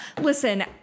Listen